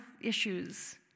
issues